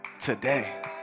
today